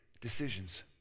decisions